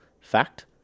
fact